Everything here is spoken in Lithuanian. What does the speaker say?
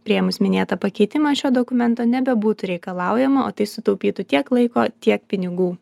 priėmus minėtą pakeitimą šio dokumento nebebūtų reikalaujama o tai sutaupytų tiek laiko tiek pinigų